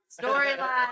Storyline